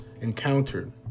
encountered